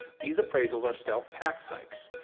these appraisals are self tax hikes.